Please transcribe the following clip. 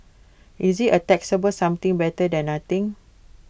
is IT A taxable something better than nothing